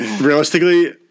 Realistically